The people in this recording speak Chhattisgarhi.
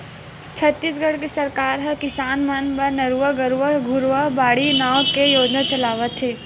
छत्तीसगढ़ के सरकार ह किसान मन बर नरूवा, गरूवा, घुरूवा, बाड़ी नांव के योजना चलावत हे